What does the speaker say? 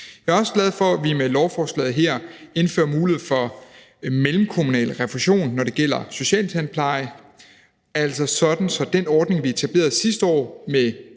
Jeg er også glad for, at vi med lovforslaget her indfører mulighed for mellemkommunal refusion, når det gælder socialtandpleje, altså sådan at den ordning, vi etablerede sidste år, med